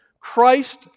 Christ